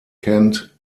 kent